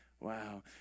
wow